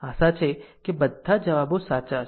આશા છે કે બધા જવાબો સાચા છે